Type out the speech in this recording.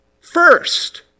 first